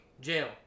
jail